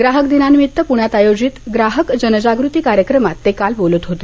ग्राहक दिनानिमित्त प्ण्यात आयोजित ग्राहक जनजागृती कार्यक्रमात ते काल बोलत होते